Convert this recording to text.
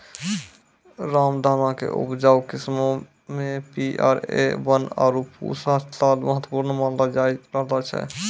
रामदाना के उपजाऊ किस्मो मे पी.आर.ए वन, आरु पूसा लाल महत्वपूर्ण मानलो जाय रहलो छै